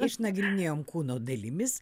išnagrinėjom kūno dalimis